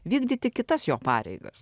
vykdyti kitas jo pareigas